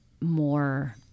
more